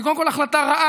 היא קודם כול החלטה רעה,